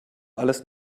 alles